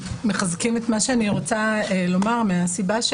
מחזקים את מה שאני רוצה לומר מהסיבה,